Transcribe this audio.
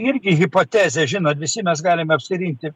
irgi hipotezė žinot visi mes galim apsirikti